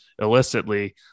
illicitly